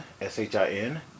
S-H-I-N